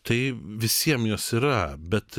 tai visiem jos yra bet